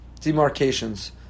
demarcations